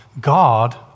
God